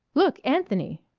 look, anthony!